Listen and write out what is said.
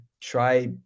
try